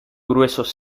gruesos